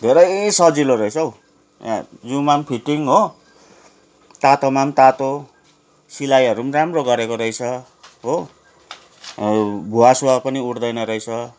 धेरै सजिलो रहेछ हौ यहाँ हेर जिउमा पनि फिटिङ हो तातोमा पनि तातो सिलाइहरू पनि राम्रो गरेको रहेछ हो अरू भुवा सुवा पनि उठ्दैन रहेछ